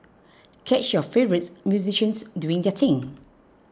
catch your favourites musicians doing their thing